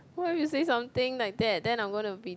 why would you say something like that then I'm gonna be